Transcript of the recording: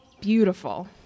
beautiful